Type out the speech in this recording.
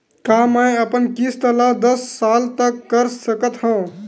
का मैं अपन किस्त ला दस साल तक कर सकत हव?